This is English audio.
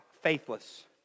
faithless